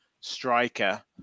striker